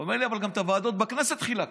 אומר לי: אבל גם את הוועדות בכנסת חילקנו.